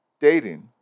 dating